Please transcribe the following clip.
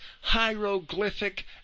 hieroglyphic